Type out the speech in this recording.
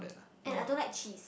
and I don't like cheese